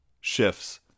shifts